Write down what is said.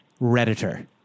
Redditor